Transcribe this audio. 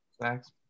Thanks